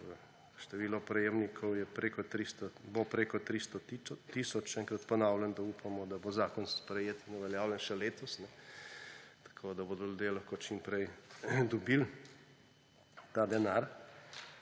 število prejemnikov bo preko 300 tisoč. Še enkrat ponavljam, da upamo, da bo zakon sprejet in uveljavljen še letos, tako da bodo ljudje lahko čim prej dobili ta denar.